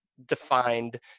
Defined